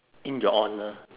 in your honour